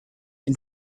and